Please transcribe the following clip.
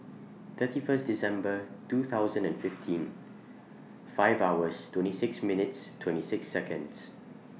thirty First December two thousand and fifteen five hours twenty six minuets twenty six Seconds